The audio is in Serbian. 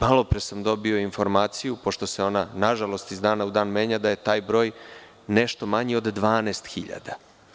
Malopre sam dobio informaciju, pošto se ona nažalost iz dana u dan menja, da je taj broj nešto manji od 12.000.